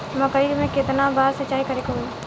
मकई में केतना बार सिंचाई करे के होई?